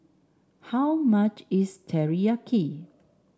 how much is Teriyaki